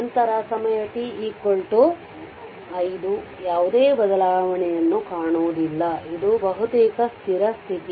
ನಂತರ ಸಮಯ t 5 ಯಾವುದೇ ಬದಲಾವಣೆಯನ್ನು ಕಾಣುವುದಿಲ್ಲ ಇದು ಬಹುತೇಕ ಸ್ಥಿರ ಸ್ಥಿತಿ